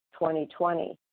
2020